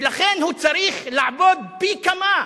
ולכן הוא צריך לעבוד פי-כמה,